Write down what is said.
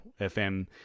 FM